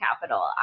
capital